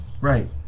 Right